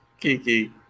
Kiki